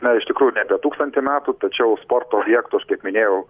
na iš tikrųjų nebe tūkstantį metų tačiau sporto objektų aš kaip minėjau